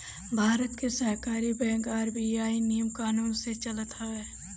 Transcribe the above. भारत के सहकारी bank RBI नियम कानून से चलत हवे